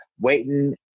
waiting